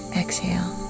exhale